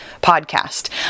podcast